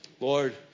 Lord